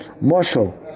marshal